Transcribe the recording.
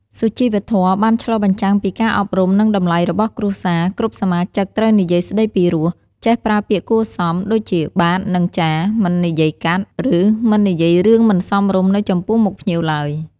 សុជីវធម៌បានឆ្លុះបញ្ចាំងពីការអប់រំ និងតម្លៃរបស់គ្រួសារ គ្រប់សមាជិកត្រូវនិយាយស្ដីពីរោះ ចេះប្រើពាក្យគួរសម ដូចជាបាទ នឹង ចាស មិននិយាយកាត់ ឬមិននិយាយរឿងមិនសមរម្យនៅចំពោះមុខភ្ញៀវឡើយ។